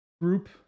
group